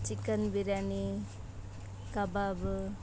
chicken biryani ಕಬಾಬ್